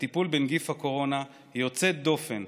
לטיפול בנגיף הקורונה היא יוצאת דופן,